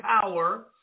power